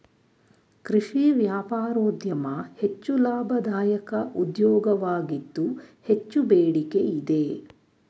ಕೃಷಿ ವ್ಯಾಪಾರೋದ್ಯಮ ಹೆಚ್ಚು ಲಾಭದಾಯಕ ಉದ್ಯೋಗವಾಗಿದ್ದು ಹೆಚ್ಚು ಬೇಡಿಕೆ ಇದೆ